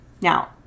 Now